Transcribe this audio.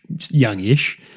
youngish